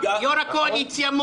יו"ר הקואליציה,